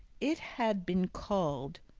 it had been called,